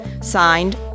Signed